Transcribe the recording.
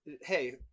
Hey